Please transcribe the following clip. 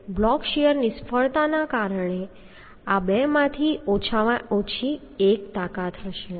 તેથી block shear નિષ્ફળતાને કારણે આ બેમાંથી ઓછામાં ઓછી તાકાત હશે